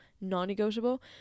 non-negotiable